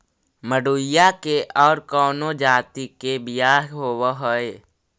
मडूया के और कौनो जाति के बियाह होव हैं?